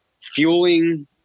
fueling